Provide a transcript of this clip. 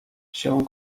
wziął